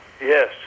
Yes